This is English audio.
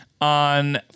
on